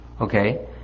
Okay